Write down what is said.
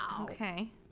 Okay